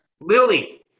Lily